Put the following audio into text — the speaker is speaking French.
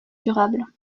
durable